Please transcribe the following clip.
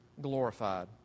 glorified